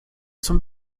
zum